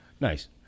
nice